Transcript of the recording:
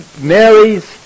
Mary's